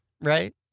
right